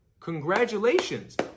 Congratulations